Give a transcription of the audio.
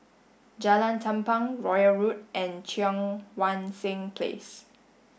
Jalan Tumpu Royal Road and Cheang Wan Seng Place